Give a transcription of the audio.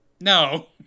no